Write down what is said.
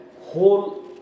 whole